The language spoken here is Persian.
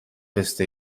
پسته